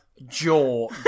jaw